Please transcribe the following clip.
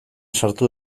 sartu